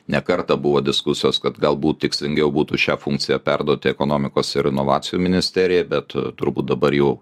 ne kartą buvo diskusijos kad galbūt tikslingiau būtų šią funkciją perduoti ekonomikos ir inovacijų ministerijai bet turbūt dabar jau